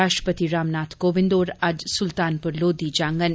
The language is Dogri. राष्ट्रपति रामनाथक कोविंद होर अज्ज सुल्तानपुर लोधी जांङन